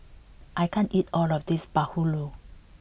I can't eat all of this Bahulu